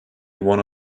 one